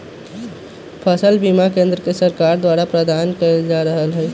फसल बीमा केंद्र सरकार द्वारा प्रदान कएल जा रहल हइ